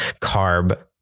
carb